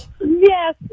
Yes